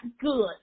good